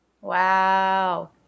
wow